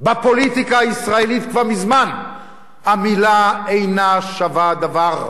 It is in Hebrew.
בפוליטיקה הישראלית כבר מזמן המלה אינה שווה דבר.